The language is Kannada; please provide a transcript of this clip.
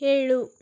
ಏಳು